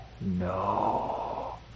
No